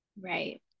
Right